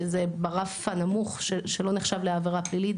שזה ברף הנמוך שלא נחשב לעבירה פלילית,